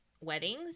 weddings